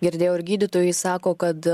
girdėjau ir gydytojai sako kad